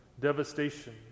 devastation